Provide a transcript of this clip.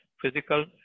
physical